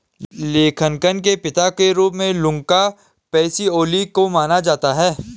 लेखांकन के पिता के रूप में लुका पैसिओली को माना जाता है